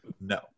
No